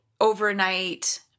overnight